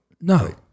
No